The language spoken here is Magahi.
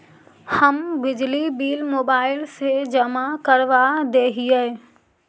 हम बिजली बिल मोबाईल से जमा करवा देहियै?